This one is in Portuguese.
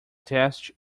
teste